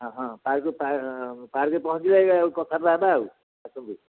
ହଁ ହଁ ପାର୍କ ପାର୍କରେ ପହଞ୍ଚି ଯାଇ ଆଉ କଥାବାର୍ତ୍ତା ହେବା ଆଉ ଆସନ୍ତୁ